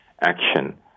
action